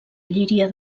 llíria